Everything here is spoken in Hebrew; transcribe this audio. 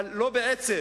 אבל לא בעצב,